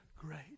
great